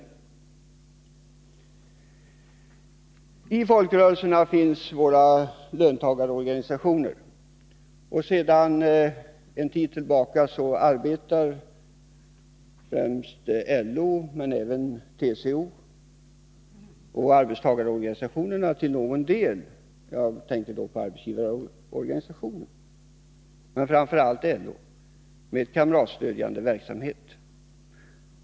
Till folkrörelserna hör våra löntagarorganisationer. Sedan en tid tillbaka arbetar främst LO men även TCO och arbetsgivarorganisationerna till någon del — jag tänker då på Arbetsgivareföreningen — med kamratstödjande verksamhet.